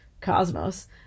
cosmos